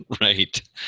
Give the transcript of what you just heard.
Right